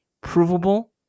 provable